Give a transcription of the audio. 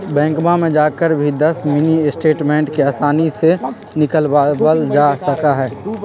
बैंकवा में जाकर भी दस मिनी स्टेटमेंट के आसानी से निकलवावल जा सका हई